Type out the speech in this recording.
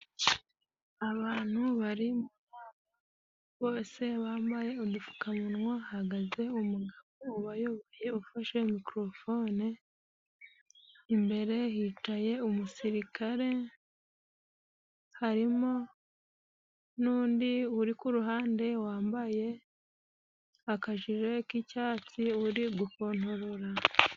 Abantu bose bambaye udupfukamunwa. Hahagaze umugabo uyoboye, ufashe mikorofone. Imbere hicaye umusirikari, harimo n'undi uri ku ruhande wambaye akajire k'icyatsi uri gukontorora.